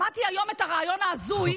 שמעתי היום את הרעיון ההזוי,